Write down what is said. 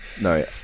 no